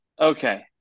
Okay